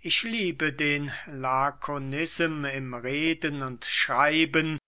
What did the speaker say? ich liebe den lakonism im reden und schreiben